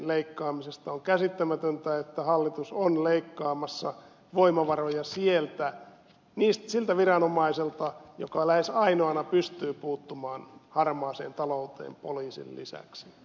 on käsittämätöntä että hallitus on leikkaamassa voimavaroja siltä viranomaiselta joka lähes ainoana pystyy puuttumaan harmaaseen talouteen poliisin lisäksi